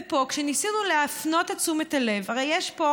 ופה, כשניסינו להפנות את תשומת הלב, הרי יש פה